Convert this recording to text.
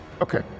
Okay